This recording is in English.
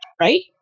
right